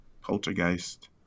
Poltergeist